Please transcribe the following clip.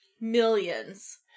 millions